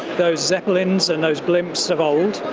those zeppelins and those blimps of old,